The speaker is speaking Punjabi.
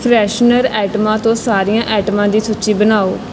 ਫਰੈਸ਼ਨਰ ਆਈਟਮਾਂ ਤੋਂ ਸਾਰੀਆਂ ਆਈਟਮਾਂ ਦੀ ਸੂਚੀ ਬਣਾਓ